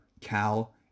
Cal